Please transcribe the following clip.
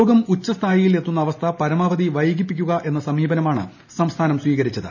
രോഗം ഉച്ചസ്ഥായിയിൽ എത്തുന്ന അവസ്ഥ പരമാവധി വൈകിപ്പിക്കുക എന്ന സമീപനമാണ് സംസ്ഥാനം സ്വീകരിച്ചത്